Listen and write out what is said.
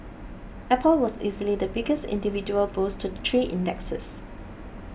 apple was easily the biggest individual boost to three indexes